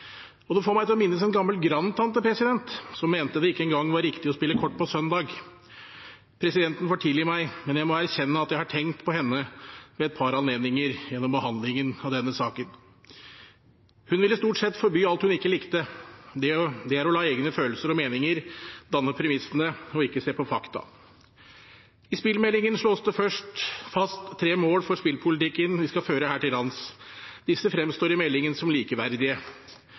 Det får meg til å minnes en gammel grandtante som mente det ikke engang var riktig å spille kort på søndag. Presidenten får tilgi meg, men jeg må erkjenne at jeg har tenkt på henne ved et par anledninger gjennom behandlingen av denne saken. Hun ville stort sett forby alt hun ikke likte. Det er å la egne følelser og meninger danne premissene og ikke se på fakta. I spillmeldingen slås det fast tre mål for spillpolitikken vi skal føre her til lands. Disse fremstår i meldingen som likeverdige.